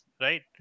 right